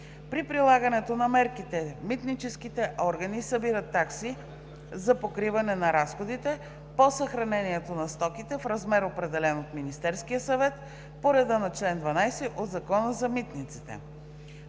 При прилагането на мерките митническите органи събират такси за покриване на разходите по съхранението на стоките в размер, определен от Министерския съвет по реда на чл. 12 от Закона за митниците.“